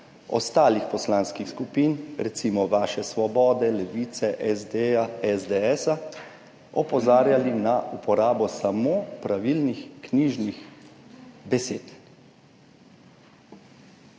ostalih poslanskih skupin, recimo vaše Svobode, Levice, SD, SDS opozarjali na uporabo samo pravilnih knjižnih besed?